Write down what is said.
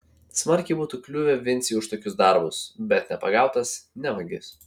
smarkiai būtų kliuvę vincei už tokius darbus bet nepagautas ne vagis